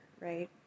right